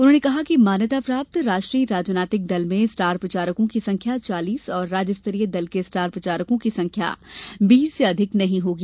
उन्होंने कहा कि मान्यता प्राप्त राष्ट्रीय राजनैतिक दल में स्टार प्रचारकों की संख्या चालीस और राज्य स्तरीय दल के स्टार प्रचारकों की संख्या बीस से अधिक नहीं होगी